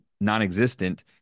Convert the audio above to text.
non-existent